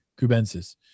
cubensis